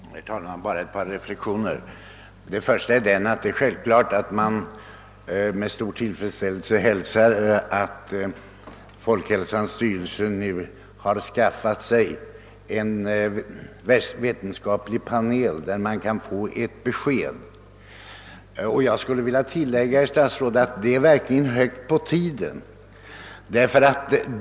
Herr talman! Jag vill bara göra ett par reflexioner. Den första är att man självfallet med stor tillfredsställelse hälsar att styrelsen för folkhälsoinstitutet nu har skaffat sig en vetenskaplig panel, som man kan få ordentliga besked av. Och, herr statsråd, jag vill tilllägga att det verkligen är på tiden ait så sker.